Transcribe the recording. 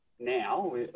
Now